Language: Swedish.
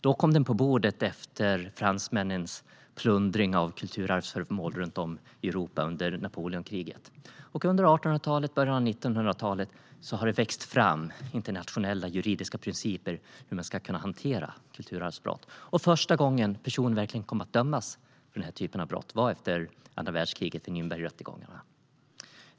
Då kom de upp på bordet efter fransmännens plundring av kulturarvsföremål runt om i Europa under Napoleonkriget. Under 1800-talet och början av 1900-talet växte det fram internationella juridiska principer för hur man ska hantera kulturarvsbrott. Första gången personer kom att dömas för denna typ av brott var vid Nürnbergrättegångarna efter andra världskriget.